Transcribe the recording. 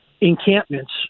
encampments